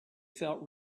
felt